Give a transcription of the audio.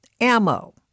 ammo